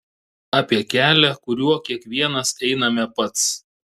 apie kelią kuriuo kiekvienas einame pats